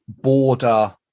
border